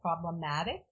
problematic